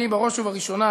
אני בראש ובראשונה